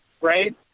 right